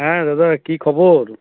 হ্যাঁ দাদা কী খবর